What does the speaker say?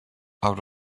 out